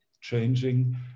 changing